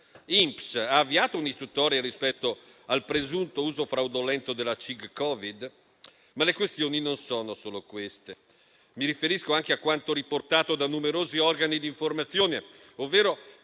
L'INPS ha avviato un'istruttoria rispetto al presunto uso fraudolento della CIG Covid? Ma le questioni non sono solo queste. Mi riferisco anche a quanto riportato da numerosi organi di informazione, ovvero